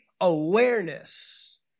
awareness